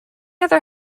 other